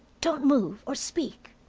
don't move or speak.